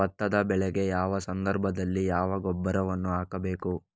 ಭತ್ತದ ಬೆಳೆಗೆ ಯಾವ ಸಂದರ್ಭದಲ್ಲಿ ಯಾವ ಗೊಬ್ಬರವನ್ನು ಹಾಕಬೇಕು?